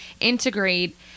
integrate